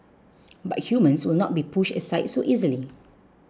but humans will not be pushed aside so easily